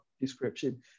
description